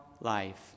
life